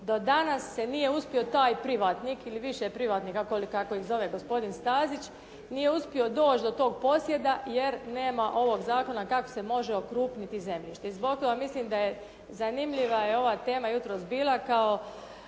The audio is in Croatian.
Do danas se nije uspio taj privatnik ili više privatnika kako ih zove gospodin Stazić, nije uspio doći do tog posjeda jer nema ovog zakona kako se može okrupniti zemljište. I zbog toga mislim da je zanimljiva je ova tema jutros bila kao